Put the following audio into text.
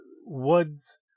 woods